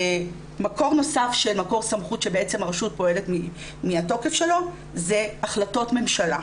מקור סמכות נוסף שבעצם הרשות פועלת מהתוקף שלו זה החלטות ממשלה.